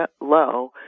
low